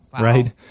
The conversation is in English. right